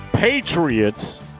Patriots